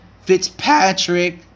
Fitzpatrick